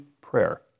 prayer